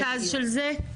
מי הרכז של זה?